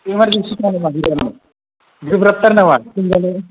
emergency थार गोब्राब थार नामा लोमजानाया